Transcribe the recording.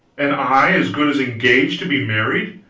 and i as good as engaged to be married?